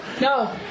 No